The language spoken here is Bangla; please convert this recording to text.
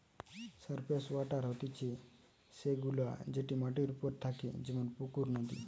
সারফেস ওয়াটার হতিছে সে গুলা যেটি মাটির ওপরে থাকে যেমন পুকুর, নদী